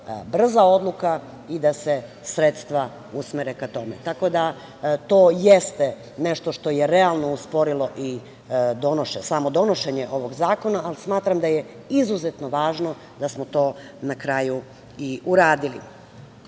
brza odluka i da se sredstva usmere ka tome. To jeste nešto što je realno usporilo donošenje ovog zakona, ali smatram da je izuzetno važno da smo to na kraju i uradili. Kao